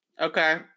Okay